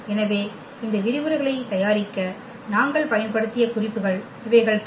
எனவே இந்த விரிவுரைகளைத் தயாரிக்க நாங்கள் பயன்படுத்திய குறிப்புகள் இவைகள் தாம்